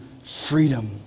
freedom